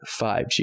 5G